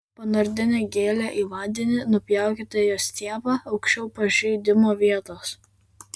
panardinę gėlę į vandenį nupjaukite jos stiebą aukščiau pažeidimo vietos